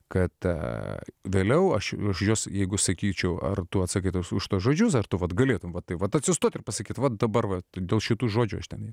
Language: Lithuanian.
kada vėliau aš už jos jeigu sakyčiau ar tu atsakai už tuos žodžius ar tu vat galėtum vat tai vat atsistoti ir pasakyti va dabar vat dėl šitų žodžių aš ten